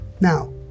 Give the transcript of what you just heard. Now